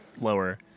lower